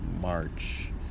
March